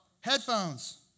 Headphones